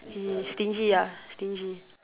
he stingy lah stingy